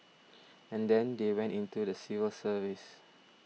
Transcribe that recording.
and then they went into the civil service